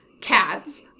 cats